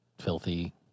filthy